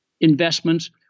investments